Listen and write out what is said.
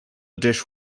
dish